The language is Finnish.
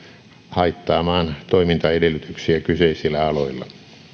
haittaamaan toimintaedellytyksiä kyseisillä aloilla